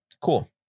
cool